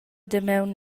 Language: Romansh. damaun